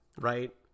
right